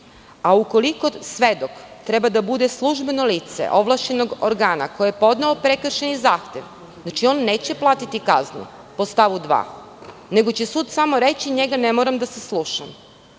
a ukoliko svedok treba da bude službeno lice ovlašćenog organa koji je podneo prekršajni zahtev, ono neće platiti kaznu po stavu 2, nego će sud samo reći – njega ne moram da saslušavam. Zbog